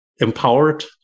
empowered